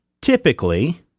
typically